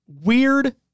weird